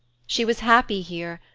she was happy here,